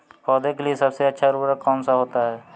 पौधे के लिए सबसे अच्छा उर्वरक कौन सा होता है?